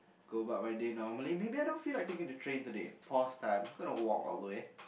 go about my day normally maybe I don't feel like taking the train today pause time gonna walk all the way